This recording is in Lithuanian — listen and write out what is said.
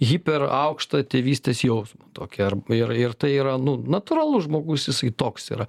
hiperaukštą tėvystės jausmą tokį ar ir ir tai yra nu natūralus žmogus jisai toks yra